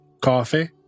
coffee